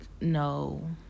no